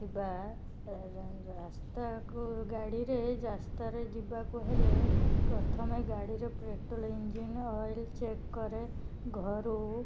ଥିବା ରାସ୍ତାକୁ ଗାଡ଼ିରେ ରାସ୍ତାରେ ଯିବାକୁ ହେଲେ ପ୍ରଥମେ ଗାଡ଼ିରେ ପେଟ୍ରୋଲ୍ ଇଞ୍ଜିନ୍ ଅୟେଲ୍ ଚେକ୍ କରେ ଘରୁ